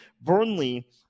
Burnley